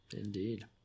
Indeed